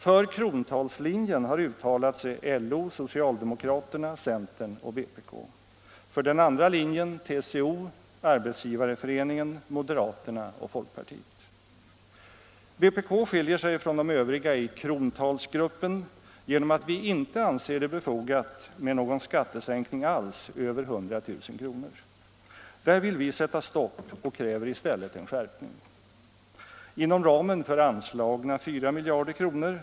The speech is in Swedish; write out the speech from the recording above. För krontalslinjen har uttalat sig LO, socialdemokraterna, centern och vpk, för den andra linjen TCO, Arbetsgivareföreningen, moderaterna och folkpartiet. Vpk skiljer sig från de övriga i ”krontalsgruppen” genom att vi inte anser det befogat med någon skattesänkning alls över 100 000 kr. Där vill vi sätta stopp och kräver i stället en skärpning. Inom ramen för anslagna 4 miljarder kr.